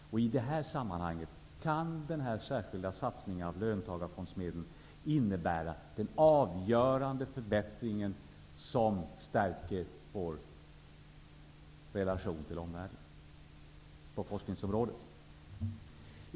I de här sammanhangen kan den särskilda satsningen med hjälp av löntagarfondsmedlen innebära den avgörande förbättring som stärker vår relation till omvärlden på forskningsområdet.